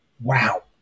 wow